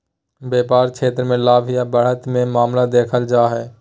व्यापार क्षेत्र मे लाभ या बढ़त के मामला देखल जा हय